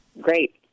Great